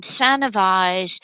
incentivize